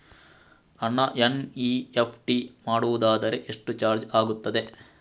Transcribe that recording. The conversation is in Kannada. ಹಣ ಎನ್.ಇ.ಎಫ್.ಟಿ ಮಾಡುವುದಾದರೆ ಎಷ್ಟು ಚಾರ್ಜ್ ಆಗುತ್ತದೆ?